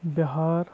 Bihar